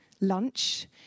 lunch